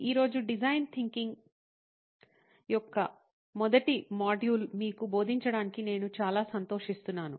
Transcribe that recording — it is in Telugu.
ఈ రోజు డిజైన్ థింకింగ్ యొక్క మొదటి మాడ్యూల్ మీకు బోధించడానికి నేను చాలా సంతోషిస్తున్నాను